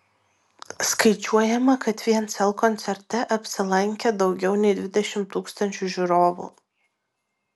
skaičiuojama kad vien sel koncerte apsilankė daugiau nei dvidešimt tūkstančių žiūrovų